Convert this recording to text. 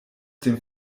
dem